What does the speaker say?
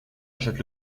achète